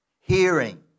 Hearing